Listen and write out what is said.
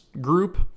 group